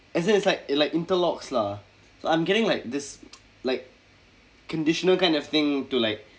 as in it's like it like interlocks lah so I'm getting like this like conditional kind of thing to like